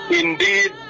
indeed